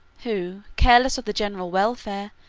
who, careless of the general welfare,